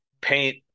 Paint